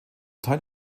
teil